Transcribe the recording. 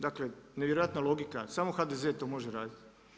Dakle nevjerojatna logika, samo HDZ to može raditi.